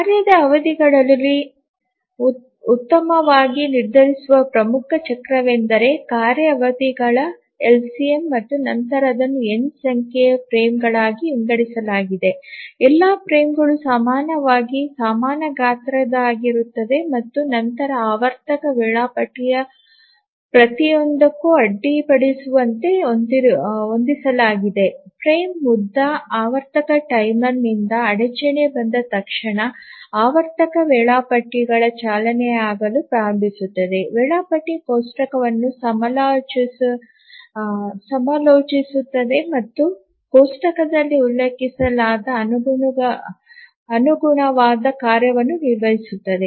ಕಾರ್ಯದ ಅವಧಿಗಳಲ್ಲಿ ಉತ್ತಮವಾಗಿ ನಿರ್ಧರಿಸುವ ಪ್ರಮುಖ ಚಕ್ರವೆಂದರೆ ಕಾರ್ಯ ಅವಧಿಗಳ ಎಲ್ಸಿಎಂ ಮತ್ತು ನಂತರ ಅದನ್ನು n ಸಂಖ್ಯೆಯ ಫ್ರೇಮ್ಗಳಾಗಿ ವಿಂಗಡಿಸಲಾಗಿದೆ ಎಲ್ಲಾ ಫ್ರೇಮ್ಗಳು ಸಮಾನವಾಗಿ ಸಮಾನ ಗಾತ್ರದ್ದಾಗಿರುತ್ತವೆ ಮತ್ತು ನಂತರ ಆವರ್ತಕ ವೇಳಾಪಟ್ಟಿ ಪ್ರತಿಯೊಂದಕ್ಕೂ ಅಡ್ಡಿಪಡಿಸುವಂತೆ ಹೊಂದಿಸಲಾಗಿದೆ ಫ್ರೇಮ್ ಉದ್ದ ಆವರ್ತಕ ಟೈಮರ್ನಿಂದ ಅಡಚಣೆ ಬಂದ ತಕ್ಷಣ ಆವರ್ತಕ ವೇಳಾಪಟ್ಟಿಗಳು ಚಾಲನೆಯಾಗಲು ಪ್ರಾರಂಭಿಸುತ್ತವೆ ವೇಳಾಪಟ್ಟಿ ಕೋಷ್ಟಕವನ್ನು ಸಮಾಲೋಚಿಸುತ್ತವೆ ಮತ್ತು ಕೋಷ್ಟಕದಲ್ಲಿ ಉಲ್ಲೇಖಿಸಲಾದ ಅನುಗುಣವಾದ ಕಾರ್ಯವನ್ನು ನಿರ್ವಹಿಸುತ್ತವೆ